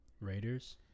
Raiders